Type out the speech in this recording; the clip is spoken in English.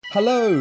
Hello